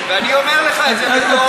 ואני אומר לך את זה בתור,